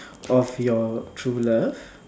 of your true love